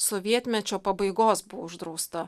sovietmečio pabaigos buvo uždrausta